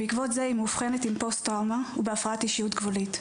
בעקבות זה היא מאובחנת עם פוסט טראומה ובהפרעת אישיות גבולית.